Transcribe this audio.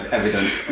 evidence